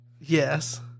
Yes